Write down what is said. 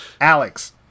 Alex